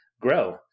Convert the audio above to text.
grow